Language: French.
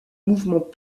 mouvement